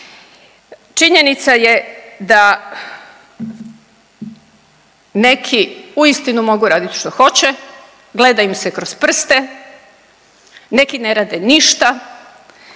Činjenica je da neki uistinu mogu raditi što hoće, gleda im se kroz prste, neki ne rade ništa,